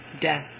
death